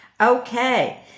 Okay